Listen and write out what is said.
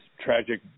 tragic